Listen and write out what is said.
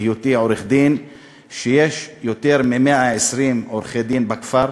בהיותי עורך-דין, שיש יותר מ-120 עורכי-דין בכפר.